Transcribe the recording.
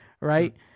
Right